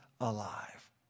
alive